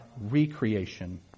recreation